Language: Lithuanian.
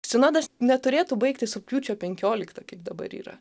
sinodas neturėtų baigtis rugpjūčio penkioliktą kaip dabar yra